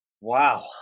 Wow